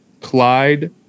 Clyde